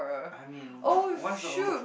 I mean what's the on